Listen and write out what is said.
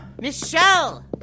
Michelle